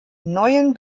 neuen